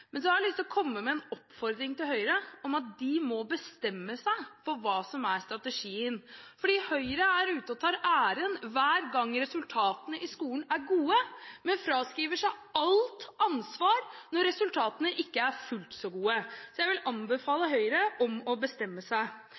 Men så har jeg lyst til å komme med en oppfordring til Høyre om at de må bestemme seg for hva som er strategien. For Høyre er ute og tar æren hver gang resultatene i skolen er gode, men fraskriver seg alt ansvar når resultatene ikke er fullt så gode. Så jeg vil anbefale Høyre å bestemme seg.